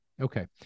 Okay